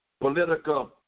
political